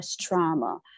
trauma